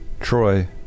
Troy